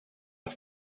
are